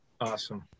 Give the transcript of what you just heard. Awesome